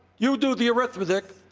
you do the arithmetic.